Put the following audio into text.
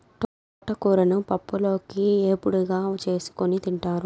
తోటకూరను పప్పులోకి, ఏపుడుగా చేసుకోని తింటారు